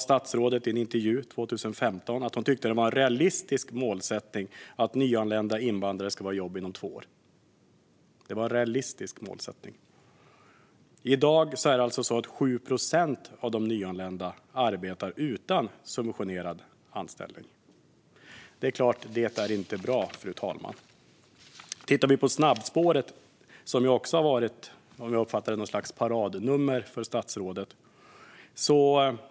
Statsrådet sa i en intervju år 2015 att hon tyckte att det var en realistisk målsättning att nyanlända invandrare ska vara i jobb inom två år. I dag är det 7 procent av de nyanlända som arbetar utan subventionerade anställningar. Det är klart att det inte är bra. Snabbspåret har också varit ett slags paradnummer för statsrådet.